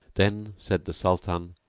then said the sultan,